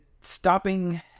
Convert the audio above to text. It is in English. stopping